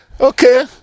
Okay